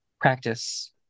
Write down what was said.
Practice